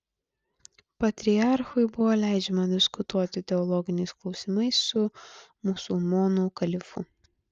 patriarchui buvo leidžiama diskutuoti teologiniais klausimais su musulmonų kalifu